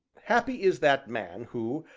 happy is that man who,